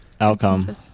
outcome